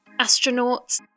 Astronauts